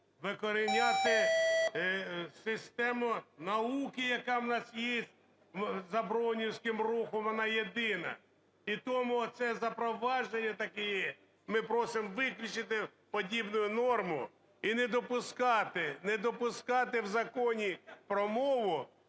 викоріняти систему науки, яка у нас є за броунівським рухом, вона єдина. І тому оце запровадження таке ми просимо виключити подібну норму і не допускати, не